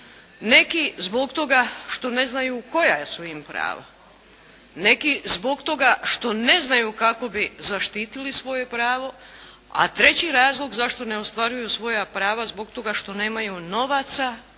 Neki zbog toga što ne znaju koja su im prava. Neki zbog toga što ne znaju kako bi zaštitili svoje pravo. A treći razlog zašto ne ostvaruju svoja prava zbog toga što nemaju novaca